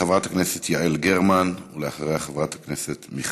חברת הכנסת יעל גרמן, ואחריה, חברת הכנסת מיכאלי.